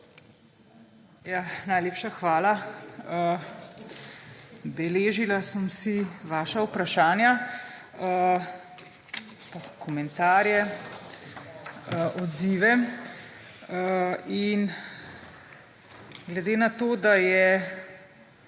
Najlepša hvala. Beležila sem si vaša vprašanja, komentarje, odzive. Glede na to, da je večina